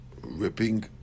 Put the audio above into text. ripping